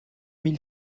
mille